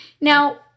Now